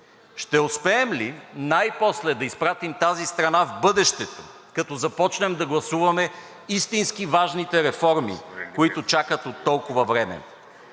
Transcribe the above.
ще успеем ли най-после да изпратим тази страна в бъдещето, като започнем да гласуваме истински важните реформи, които чакат от толкова време?